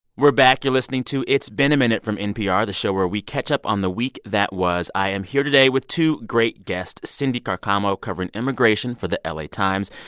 we're back. you're listening to it's been a minute from npr, the show where we catch up on the week that was. i am here today with two great guests cindy carcamo, covering immigration for the la times,